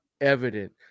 evident